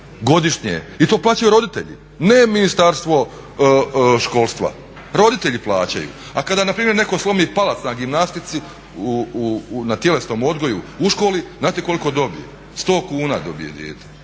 godišnje i to plaćaju roditelji, ne Ministarstvo školstva, roditelji plaćaju. A kada npr. netko slomi palac na gimnastici na tjelesnom odgoju u školi, znate koliko dobije? 100 kuna dobije dijete,